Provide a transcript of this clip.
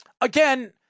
Again